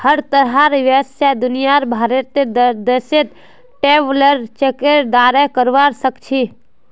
हर तरहर व्यवसाय दुनियार भरेर देशत ट्रैवलर चेकेर द्वारे करवा सख छि